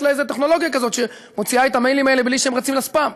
יש לה איזו טכנולוגיה כזאת שמוציאה את המיילים האלה בלי שהם רצים לספאם.